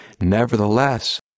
Nevertheless